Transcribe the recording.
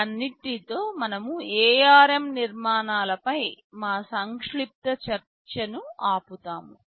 వీటన్నిటితో మనము ARM నిర్మాణాలపై మా సంక్షిప్త చర్చను ఆపుతాము